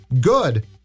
good